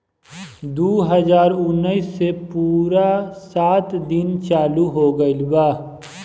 दु हाजार उन्नीस से पूरा रात दिन चालू हो गइल बा